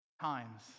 times